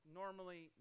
normally